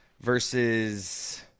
versus